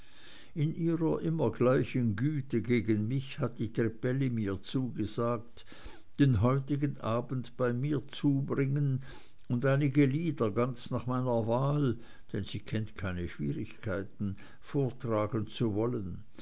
in ihrer immer gleichen güte gegen mich hat die trippelli mir zugesagt den heutigen abend bei mir zubringen und einige lieder ganz nach meiner wahl denn sie kennt keine schwierigkeiten vortragen zu wollen